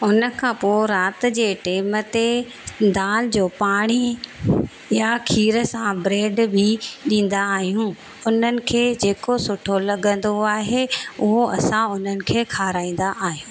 उन खां पोइ राति जे टाइम ते दाल जो पाणी या खीर सां ब्रेड बि ॾींदा आहियूं उन्हनि खे जेको सुठो लॻंदो आहे उहो असां उन्हनि खे खाराईंदा आहियूं